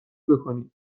بکنید